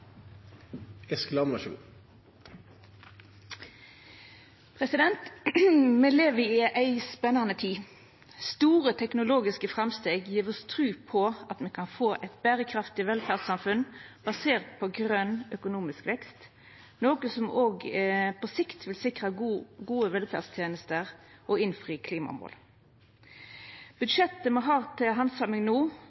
dette landet. Så vi har ansvaret nå, vi må ta den muligheten – og vi har dessverre ingen angrefrist. Me lever i ei spennande tid. Store teknologiske framsteg gjev oss tru på at me kan få eit berekraftig velferdssamfunn basert på grøn økonomisk vekst, noko som òg på sikt vil sikra gode velferdstenester